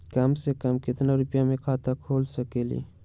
कम से कम केतना रुपया में खाता खुल सकेली?